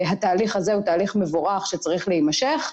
התהליך הזה הוא תהליך מבורך שצריך להימשך,